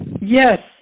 Yes